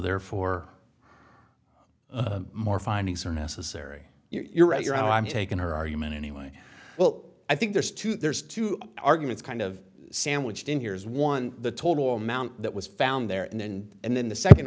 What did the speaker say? for more findings are necessary you're right you're i'm taking her argument anyway well i think there's two there's two arguments kind of sandwiched in here is one the total amount that was found there and then and then the second